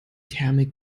thermik